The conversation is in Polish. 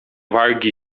wargi